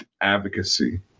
advocacy